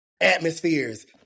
atmospheres